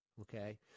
Okay